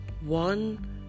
one